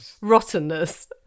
Rottenness